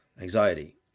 Anxiety